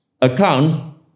account